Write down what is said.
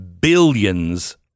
billions